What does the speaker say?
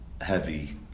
heavy